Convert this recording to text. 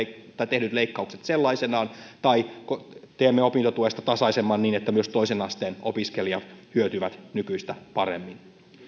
tehdyt leikkaukset sellaisinaan tai teemme opintotuesta tasaisemman niin että myös toisen asteen opiskelijat hyötyvät nykyistä paremmin